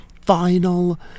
final